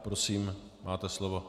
Prosím, máte slovo.